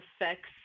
affects